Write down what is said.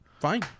Fine